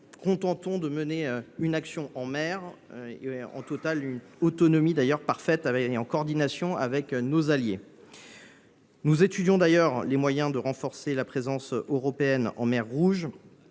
contentons de mener une action en mer en totale autonomie, mais en coordination avec nos alliés. Nous étudions aussi les moyens de renforcer la présence européenne en mer Rouge.